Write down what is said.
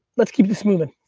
let's keep this moving.